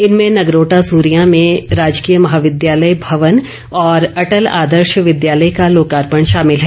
इनमें नगरोटा सूरियां में राजकीय महाविद्यालय भवन और अटल आदर्श विद्यालय का लोकार्पण शामिल है